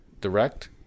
Direct